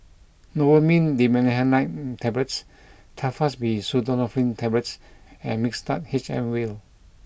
Novomin Dimenhydrinate Tablets Telfast D Pseudoephrine Tablets and Mixtard H M Vial